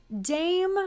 Dame